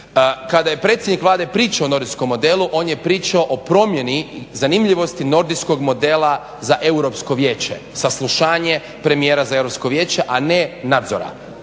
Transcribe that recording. Kada je predsjednik Vlade pričao o nordijskom modelu on je pričao o promjeni zanimljivosti nordijskog modela za europsko vijeće, saslušanje premijera za europsko vijeće a ne nadzora.